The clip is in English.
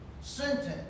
sentence